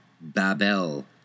Babel